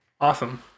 Awesome